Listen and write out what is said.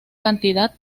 cantidad